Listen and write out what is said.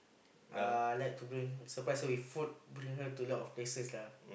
uh like to bring surprise her with food bring her to a lot of places lah